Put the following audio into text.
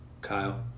Kyle